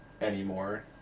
anymore